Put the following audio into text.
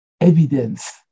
evidence